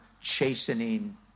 chastening